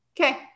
okay